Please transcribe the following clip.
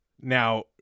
Now